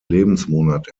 lebensmonat